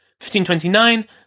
1529